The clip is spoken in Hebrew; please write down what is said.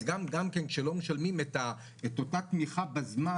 אז גם כן שלא משלמים את אותה תמיכה בזמן,